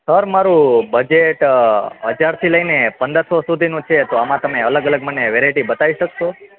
sir મારું budget હજારથી લઈને પંદરસો સુંધીનું છે તો આમાં તમે અલગ અલગ વેરાઈટી મને બતાવી શકશો